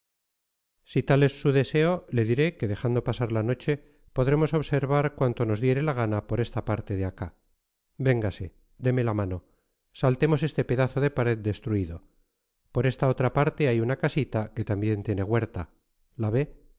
si tal es su deseo le diré que dejando pasar la noche podremos observar cuanto nos diere la gana por esta parte de acá véngase deme la mano saltemos este pedazo de pared destruido por esta otra parte hay una casita que también tiene huerta la ve